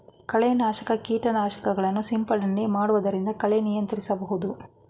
ಕಳೆ ನಾಶಕ ಕೀಟನಾಶಕಗಳನ್ನು ಸಿಂಪಡಣೆ ಮಾಡೊದ್ರಿಂದ ಕಳೆ ನಿಯಂತ್ರಿಸಬಹುದು